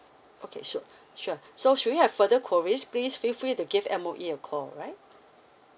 okay sure sure so should you have further queries please feel free to give M_O_E a call right